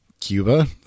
Cuba